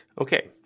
Okay